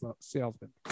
salesman